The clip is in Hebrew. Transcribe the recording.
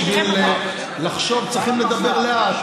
בשביל לחשוב צריכים לדבר לאט.